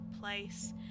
place